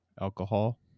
alcohol